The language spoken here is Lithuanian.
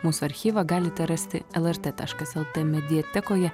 mūsų archyvą galite rasti lrt taškas lt mediatekoje